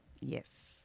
Yes